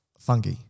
Fungi